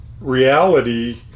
reality